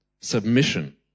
submission